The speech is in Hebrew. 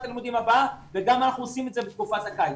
הלימודים הבאה וגם אנחנו עושים את זה בתקופת הקיץ.